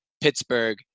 Pittsburgh